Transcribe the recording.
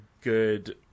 good